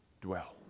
dwell